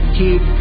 keep